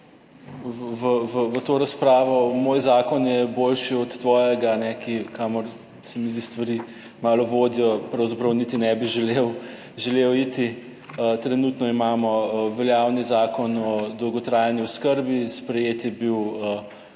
v to razpravo moj zakon je boljši od tvojega, kamor, se mi zdi, stvari malo vodijo. Pravzaprav niti ne bi želel iti. Trenutno imamo veljavni zakon o dolgotrajni oskrbi, sprejet je bil v